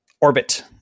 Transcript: orbit